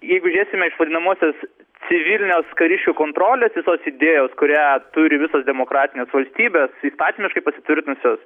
jeigu žiūrėsime iš vadinamosios civilinės kariškių kontrolės visos idėjos kurią turi visos demokratinės valstybės įstatymiškai pasitvirtinusios